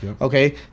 Okay